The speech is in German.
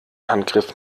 handgriff